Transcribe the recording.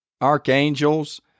archangels